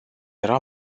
era